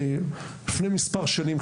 שלפני מספר שנים,